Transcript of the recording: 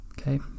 okay